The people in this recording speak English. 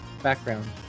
background